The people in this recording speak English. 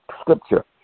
Scripture